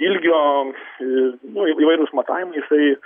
ilgio nu įvairūs matavimai jisai